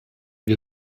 wir